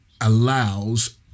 allows